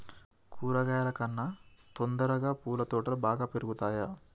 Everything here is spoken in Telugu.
కూరగాయల కన్నా తొందరగా పూల తోటలు బాగా పెరుగుతయా?